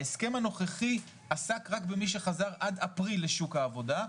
ההסכם הנוכחי עסק רק במי שחזר עד אפריל לשוק העבודה,